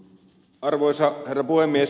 arvoisa herra puhemies